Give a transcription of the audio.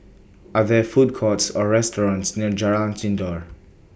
Are There Food Courts Or restaurants near Jalan Sindor